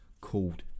called